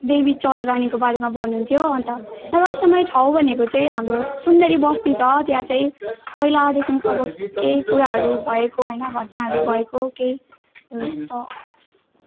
देवी चौधरानीको बारेमा भन्नुहुन्थ्यो अन्त एउटा समय ठाउँ भनेको चाहिँ हाम्रो सुन्दरीबस्ती छ त्यहाँ चाहिँ पहिलादेखिको केही कुराहरू भएको होइन घटनाहरू भएको केही छ